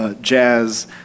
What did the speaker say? Jazz